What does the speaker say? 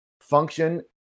function